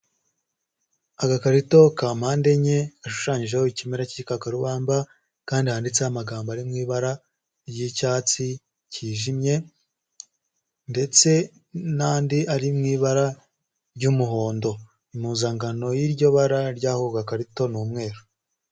Agakarito ka mpande enye, gashushanyijeho ikimera cy'igikakarubamba, kandi handitseho amagambo ari mu ibara ry'icyatsi kijimye, ndetse n'andi ari mu ibara ry'umuhondo, impuzangano y'iryo bara ry'ako gakarito ni umweru.